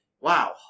Wow